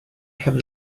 have